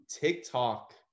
TikTok